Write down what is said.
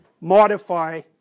modify